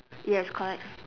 yes correct